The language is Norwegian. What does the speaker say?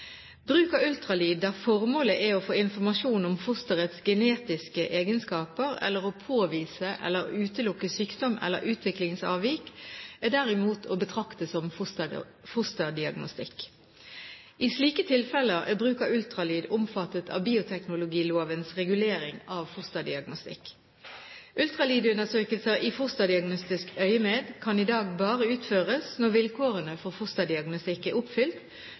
Bruk av ultralyd der formålet er å få informasjon om fosterets genetiske egenskaper, å påvise eller utelukke sykdom eller utviklingsavvik, er derimot å betrakte som fosterdiagnostikk. I slike tilfeller er bruk av ultralyd omfattet av bioteknologilovens regulering av fosterdiagnostikk. Ultralydundersøkelser i fosterdiagnostisk øyemed kan i dag bare utføres når vilkårene for fosterdiagnostikk er oppfylt,